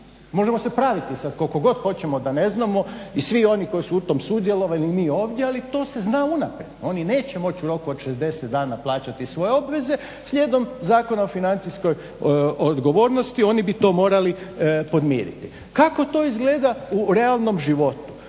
Možemo se praviti sad koliko god hoćemo da ne znamo i svi oni koji su u tom sudjelovali i mi ovdje, ali to se zna unaprijed. Oni neće moći u roku od 60 dana plaćati svoje obveze. Slijedom Zakona o financijskoj odgovornosti oni bi to morali podmiriti. Kako to izgleda u realnom životu?